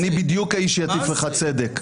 אני בדיוק האיש שיטיף לך צדק.